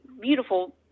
beautiful